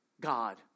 God